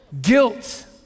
guilt